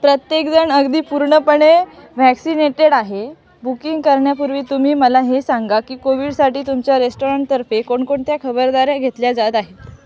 प्रत्येकजण अगदी पूर्णपणे व्हॅक्सिनेटेड आहे बुकिंग करण्यापूर्वी तुम्ही मला हे सांगा की कोविडसाठी तुमच्या रेस्टॉरंटतर्फे कोणकोणत्या खबरदाऱ्या घेतल्या जात आहेत